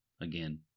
again